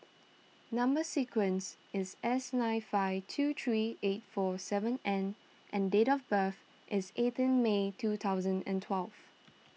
Number Sequence is S nine five two three eight four seven N and date of birth is eighteen May two thousand and twelve